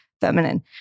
feminine